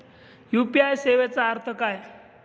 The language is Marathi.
यू.पी.आय सेवेचा अर्थ काय?